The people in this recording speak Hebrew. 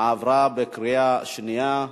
עברה בקריאה השנייה.